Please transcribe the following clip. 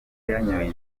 yanyoye